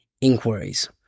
inquiries